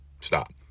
Stop